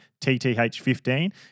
TTH15